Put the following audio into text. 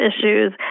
issues